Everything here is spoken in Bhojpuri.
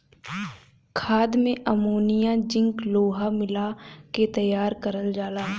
खाद में अमोनिया जिंक लोहा मिला के तैयार करल जाला